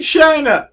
China